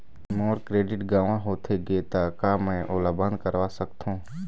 मोर credit गंवा होथे गे ता का मैं ओला बंद करवा सकथों?